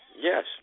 Yes